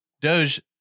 Doge